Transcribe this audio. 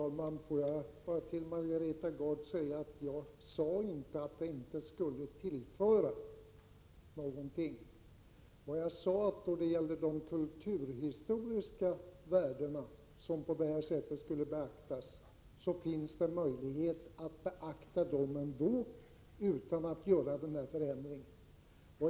Herr talman! Jag sade inte att det inte skulle tillföra någonting. Däremot sade jag att de kulturhistoriska värdena kan beaktas utan att man gör den här förändringen.